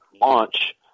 launch